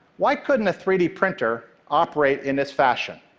why couldn't a three d printer operate in this fashion,